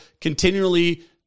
continually